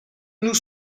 nous